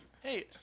hey